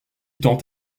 tant